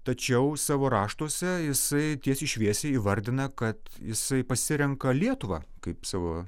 tačiau savo raštuose jisai tiesiai šviesiai įvardina kad jisai pasirenka lietuvą kaip savo